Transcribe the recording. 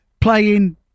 playing